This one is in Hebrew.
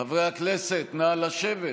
חברי הכנסת, נא לשבת.